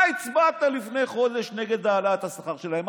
אתה הצבעת לפני חודש נגד העלאת השכר שלהם.